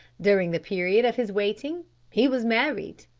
during the period of his waiting he was married.